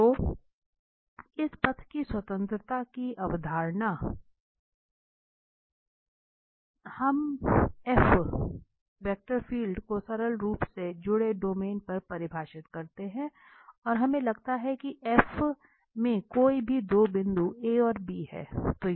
अब इस पथ की स्वतंत्रता की अवधारणा तो हम वेक्टर फील्ड को सरल रूप से जुड़े डोमेन पर परिभाषित करते हैं और हमें लगता है कि D में कोई भी 2 बिंदु A और B हैं